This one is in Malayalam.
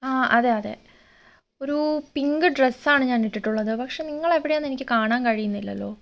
ആ അതെ അതെ ഒരു പിങ്ക് ഡ്രസ്സ് ആണ് ഞാൻ ഇട്ടിട്ടുള്ളത് പക്ഷേ നിങ്ങൾ എവിടെയാന്നെനിക്ക് കാണാൻ കഴിയുന്നില്ലല്ലോ